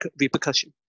repercussion